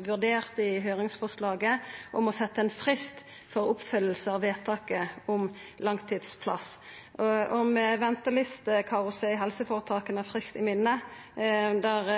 vurdert i høyringsforslaget om å setja ein frist for oppfylling av vedtaket om langtidsplass. Med ventelistekaoset i helseføretaka friskt i minnet, der